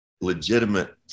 legitimate